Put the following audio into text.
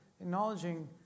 acknowledging